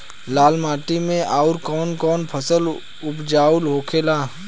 लाल माटी मे आउर कौन कौन फसल उपजाऊ होखे ला?